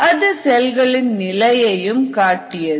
அது செல்களின் நிலையையும் காட்டியது